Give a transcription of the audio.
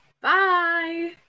Bye